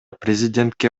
президентке